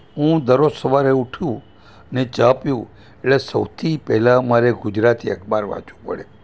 હું દરરોજ સવારે ઊઠું ને ચા પીવું એટલે સૌથી પહેલાં મારે ગુજરાતી અખબાર વાંચવું પડે